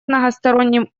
многосторонним